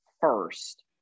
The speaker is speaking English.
first